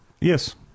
Yes